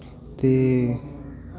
ते